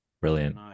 brilliant